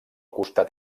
costat